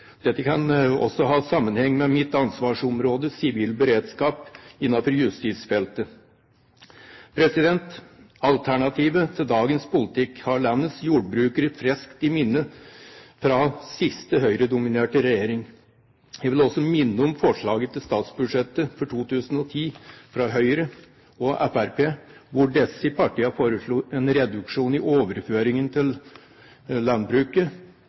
Dette kan også ha sammenheng med mitt ansvarsområde: sivil beredskap innenfor justisfeltet. Alternativet til dagens politikk har landets jordbrukere friskt i minne fra siste høyredominerte regjering. Jeg vil også minne om forslag til statsbudsjett for 2010 fra Høyre og Fremskrittspartiet, hvor disse partiene foreslo en reduksjon i overføringen til landbruket